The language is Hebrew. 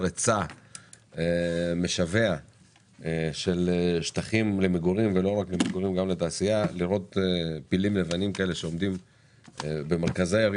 היצע משווע של שטחים למגורים ולתעשייה יש פילים לבנים שעומדים,